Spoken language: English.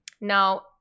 now